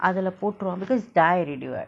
அதுல போட்ருவோ:athula potruvo because die already what